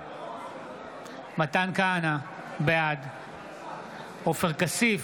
בעד מתן כהנא, בעד עופר כסיף,